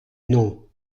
non